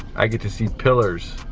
i get to see pillars,